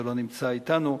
שלא נמצא אתנו,